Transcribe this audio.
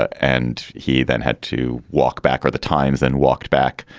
and he then had to walk back or the times and walked back.